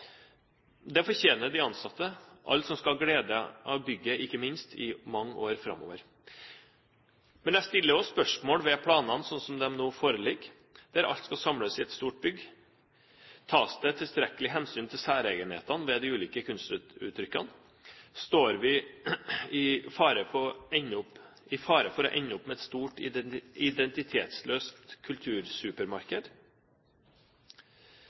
Det fortjener de ansatte, alle som – ikke minst – skal ha glede av bygget i mange år framover. Men jeg stiller også spørsmål ved planene sånn som de nå foreligger, der alt skal samles i et stort bygg. Tas det tilstrekkelig hensyn til særegenhetene ved de ulike kunstuttrykkene? Står vi i fare for å ende opp med et stort identitetsløst kultursupermarked?